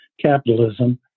capitalism